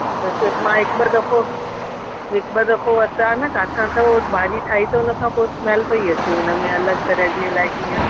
त हिक मां हिक ॿ दफ़ो हिक ॿ दफ़ो वरिता हा न किथां त भाॼी ठाही त हुन खां पोइ स्मैल पई अचे उनमें अलॻि तरह जी अलाए कीअं